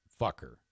fucker